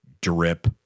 drip